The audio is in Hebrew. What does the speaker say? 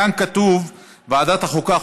כאן כתוב: ועדת החוקה,